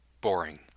boring